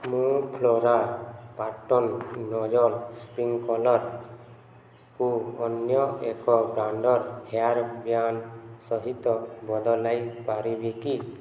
ମୁଁ flora pattern nozzle ସ୍ପ୍ରିଙ୍କ୍କନର୍କୁ ଅନ୍ୟ ଏକ ବ୍ରାଣ୍ଡର ହେୟାର୍ ବ୍ୟାଣ୍ଡ ସହିତ ବଦଳାଇ ପାରିବି କି